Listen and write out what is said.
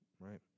right